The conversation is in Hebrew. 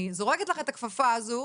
אני זורק לך את הכפפה הזו,